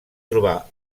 trobar